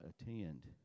attend